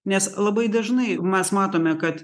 nes labai dažnai mes matome kad